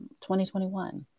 2021